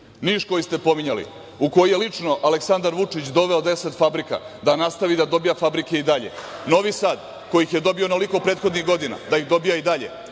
Niš, koji ste pominjali, u koji je lično Aleksandar Vučić doveo 10 fabrika, da nastavi da dobija fabrike i dalje. Novi Sad, koji ih je dobio onoliko prethodnih godina, da ih dobija i dalje,